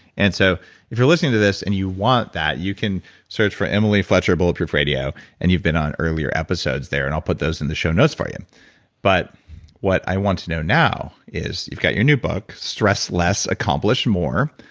and so if you're listening to this and you want that, you can search for emily fletcher bulletproof radio and you've been on earlier episodes there, and i'll put those in the show notes for you but what i want to know now is you've got your new book, stress less, accomplish more,